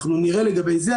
אנחנו נראה לגבי זה,